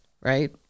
right